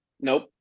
Nope